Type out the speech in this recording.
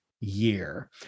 year